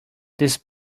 this